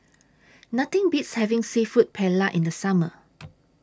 Nothing Beats having Seafood Paella in The Summer